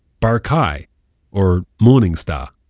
barkai or morning star